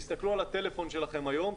תסתכלו על הטלפון שלכם היום,